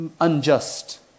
unjust